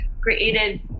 created